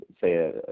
say